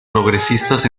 progresistas